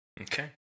okay